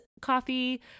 coffee